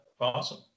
awesome